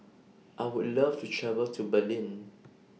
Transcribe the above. I Would like to travel to Berlin